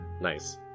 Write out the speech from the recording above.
Nice